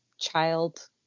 child